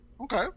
Okay